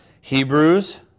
Hebrews